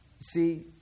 see